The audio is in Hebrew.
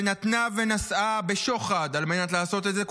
ונתנה ונשאה בשוחד על מנת לעשות את זה,